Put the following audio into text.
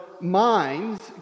minds